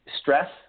stress